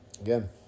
Again